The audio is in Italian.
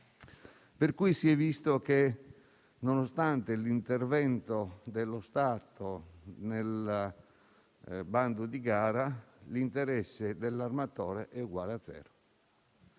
è visto quindi che nonostante l'intervento dello Stato nel bando di gara, l'interesse dell'armatore è uguale a zero.